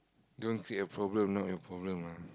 don't create a problem not your problem ah